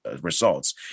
results